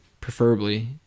preferably